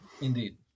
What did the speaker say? indeed